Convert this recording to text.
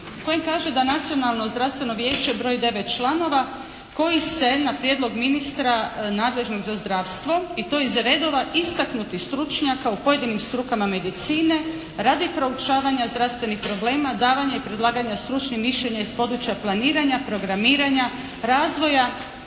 koji kaže da Zdravstveno nacionalno vijeće broji 9 članova koji se na prijedlog ministra nadležnog za zdravstvo i to iz redova istaknutih stručnjaka u pojedinim strukama medicine radi proučavanja zdravstvenih problema davanja i predlaganja stručnih mišljenja iz područja planiranja, programiranja, razvoja